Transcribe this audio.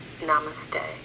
Namaste